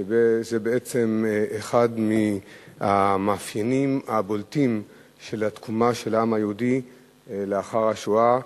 וזה בעצם אחד המאפיינים הבולטים של התקומה של העם היהודי לאחר השואה: